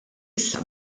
issa